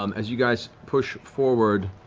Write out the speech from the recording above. um as you guys push forward,